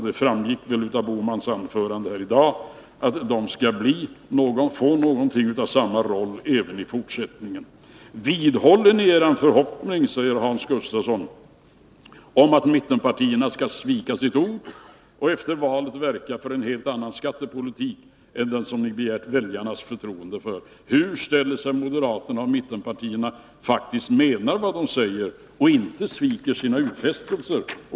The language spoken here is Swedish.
Det framgick av Gösta Bohmans anförande i dag att de skall få något av samma roll även i fortsättningen. Vidhåller ni er förhoppning, säger Hans Gustafsson, om att mittenpartierna skall svika sitt ord och efter valet verka för en helt annan skattepolitik än den som ni begärt väljarnas förtroende för? Hur ställer sig moderaterna, om mittenpartierna faktiskt menar vad de säger och inte sviker sina utfästelser?